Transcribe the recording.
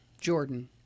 Jordan